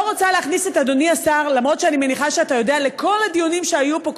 אני לא רוצה להכניס את אדוני השר לכל הדיונים שהיו פה,